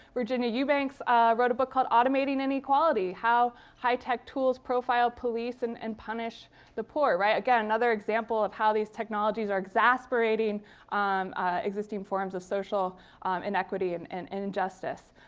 virginia eubanks wrote a book called automating inequality. how high-tech tools profile police and and punish the poor. right? another example of how these technologies are exasperating existing forms of social inequity and and injustice.